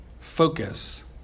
focus